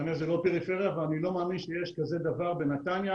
נתניה היא לא פריפריה ואני לא מאמין שיש כזה דבר בנתניה